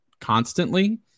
constantly